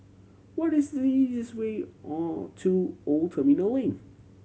what is the easiest way or to Old Terminal Lane